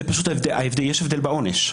יש הבדל בעונש.